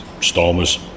Stormers